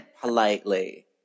politely